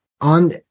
on